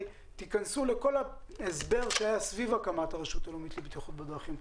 תיכנסו לכל ההסבר שהיה סביב הקמת הרשות הלאומית לבטיחות בדרכים,